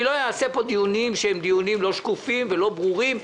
לא אעשה פה דיונים לא שקופים ולא ברורים.